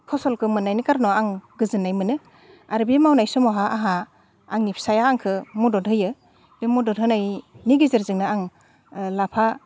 फसलखो मोननायनि कारनाव आं गोजोननाय मोनो आरो बे मावनाय समावहा आंहा आंनि फिसाया आंखो मदद होयो बे मदद होनायनि गेजेरजोंनो आं लाफा